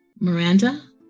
Miranda